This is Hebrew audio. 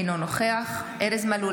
אינו נוכח ארז מלול,